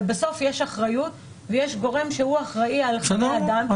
אבל בסוף יש אחריות ויש גורם שהוא אחראי על חיי אדם.